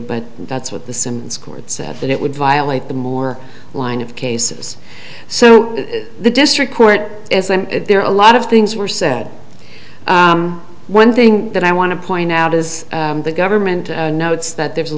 but that's what the sims court said that it would violate the more line of cases so the district court there are a lot of things were said one thing that i want to point out is the government notes that there's a